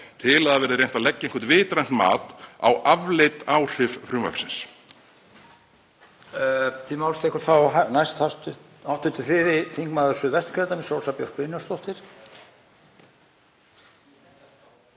til að reynt verði að leggja eitthvert vitrænt mat á afleidd áhrif frumvarpsins.